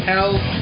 Hell